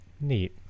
Neat